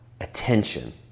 attention